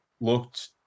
looked